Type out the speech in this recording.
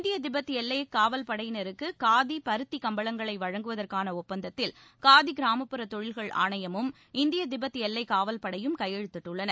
இந்திய திபெத் எல்லை காவல்படையினருக்கு காதி பருத்தி கம்பளங்களை வழங்குவதற்கான ஒப்பந்தத்தில் காதி கிராமப்புற தொழில்கள் ஆணையமும் இந்திய திபெத் எல்லை காவல்படையும் கையெழுதிட்டுள்ளன